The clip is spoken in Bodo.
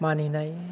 मानिनाय